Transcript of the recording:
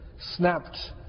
snapped